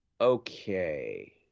Okay